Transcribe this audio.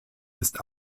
ist